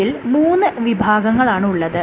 ഇതിൽ മൂന്ന് വിഭാഗങ്ങളാണ് ഉള്ളത്